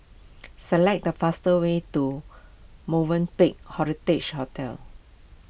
select the faster way to Movenpick Heritage Hotel